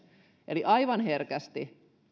eli aivan herkästi